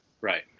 Right